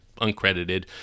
uncredited